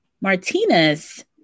Martinez